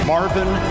Marvin